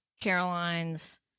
Caroline's